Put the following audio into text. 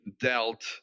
dealt